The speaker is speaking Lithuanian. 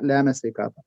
lemia sveikatą